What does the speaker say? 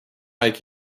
make